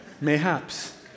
mayhaps